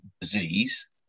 disease